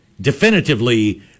definitively